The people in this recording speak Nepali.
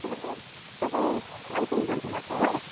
ए तपाईँ याङछेन बोल्नु भएको हो